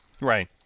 Right